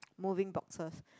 moving boxes